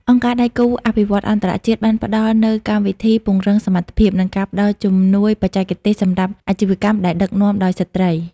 អង្គការដៃគូអភិវឌ្ឍន៍អន្តរជាតិបានផ្ដល់នូវកម្មវិធីពង្រឹងសមត្ថភាព និងការផ្ដល់ជំនួយបច្ចេកទេសសម្រាប់អាជីវកម្មដែលដឹកនាំដោយស្ត្រី។